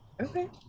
Okay